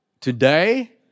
Today